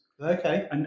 Okay